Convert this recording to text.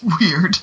Weird